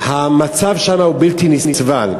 המצב שם הוא בלתי נסבל.